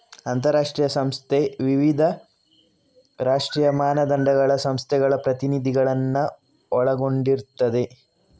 ಅಂತಾರಾಷ್ಟ್ರೀಯ ಸಂಸ್ಥೆ ವಿವಿಧ ರಾಷ್ಟ್ರೀಯ ಮಾನದಂಡಗಳ ಸಂಸ್ಥೆಗಳ ಪ್ರತಿನಿಧಿಗಳನ್ನ ಒಳಗೊಂಡಿರ್ತದೆ